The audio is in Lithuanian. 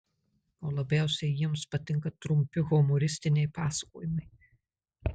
o labiausiai jiems patinka trumpi humoristiniai pasakojimai